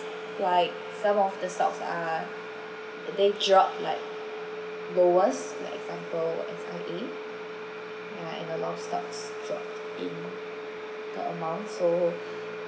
right some of the stocks are they drop like lowest like some follow S_I_A and like a lot of stocks drop in the amount so